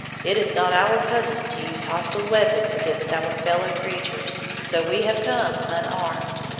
it is not our custom to use hostile weapons against our fellow-creatures, so we have come unarmed.